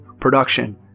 production